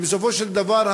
בסופו של דבר,